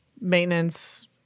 maintenance